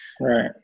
Right